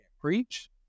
preach